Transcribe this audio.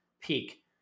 peak